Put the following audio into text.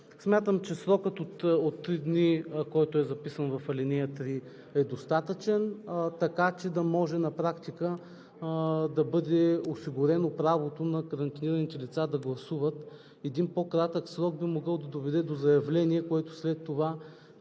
Смятам, че срокът от три дни, който е записан в ал. 3, е достатъчен, така че да може на практика да бъде осигурено правото на карантинираните лица да гласуват. Един по-кратък срок би могъл да доведе до заявление, което след това